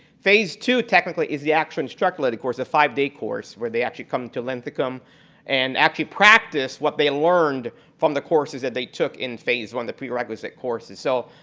phase two technically is the actual instructor-led course, the five day course, where they actually come to linthicum and actually practice what they learned from the courses that they took in phase one, the prerequisite courses. so,